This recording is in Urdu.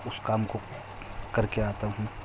اس کام کو کر کے آتا ہوں